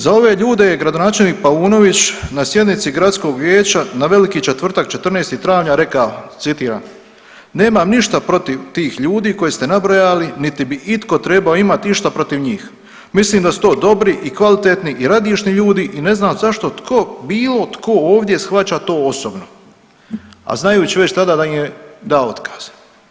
Za ove ljude je gradonačelnik Paunović na sjednici gradskog vijeća na Veliki četvrtak, 14. travnja rekao citiram, nemam ništa protiv tih ljudi koje ste nabrojali niti bi itko trebao imati išta protiv njih, mislim da su to dobri i kvalitetni i radišni ljudi i ne znam zašto tko bilo tko ovdje shvaća to osobno, a znajući već tada da im je dao otkaz.